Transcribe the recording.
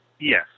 Yes